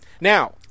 Now